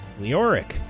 Leoric